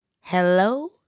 Hello